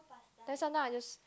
that's one now I just